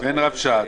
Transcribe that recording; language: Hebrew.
רבש"ץ.